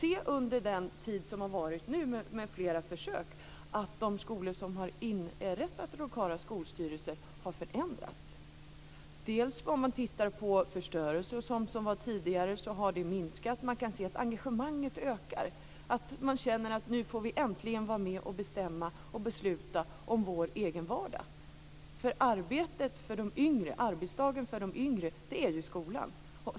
Efter det att det nu har pågått flera försök kan man se att skolor som har inrättat lokala skolstyrelser har förändrats, dels har förstörelsen minskat, dels har engagemanget ökat. Man känner att man äntligen får vara med och besluta om sin egen vardag, för arbetsplatsen för de yngre är ju skolan.